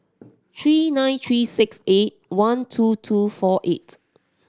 three nine three six eight one two two four eight